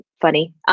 funny